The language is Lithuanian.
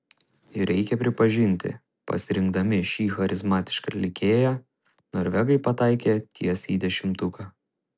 ir reikia pripažinti pasirinkdami šį charizmatišką atlikėją norvegai pataikė tiesiai į dešimtuką